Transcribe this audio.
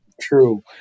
true